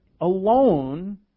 alone